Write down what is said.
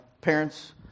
parents